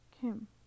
Kim